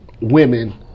women